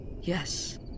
Yes